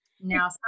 now